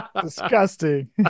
Disgusting